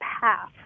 path